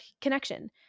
connection